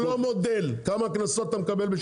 לא, לא מודל, כמה קנסות אתה מקבל בשנה?